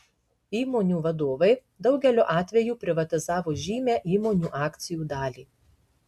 įmonių vadovai daugeliu atveju privatizavo žymią įmonių akcijų dalį